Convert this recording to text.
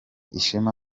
ishema